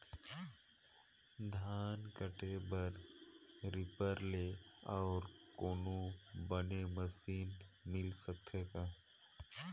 धान काटे बर रीपर ले अउ कोनो बने मशीन मिल सकथे का?